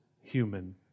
human